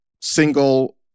single